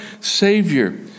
Savior